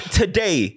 today